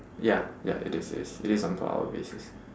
ya ya it is it is it is on per hour basis